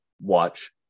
watch